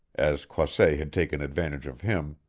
as croisset had taken advantage of him,